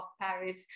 Paris